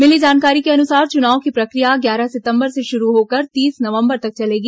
मिली जानकारी के अनुसार चुनाव की प्रक्रिया ग्यारह सितंबर से शुरू होकर तीस नवंबर तक चलेगी